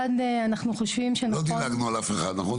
לא דילגנו על אף אחד, נכון?